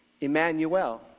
Emmanuel